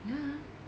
ya